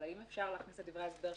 אבל האם אפשר להכניס לדברי ההסבר,